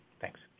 Thanks